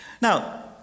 Now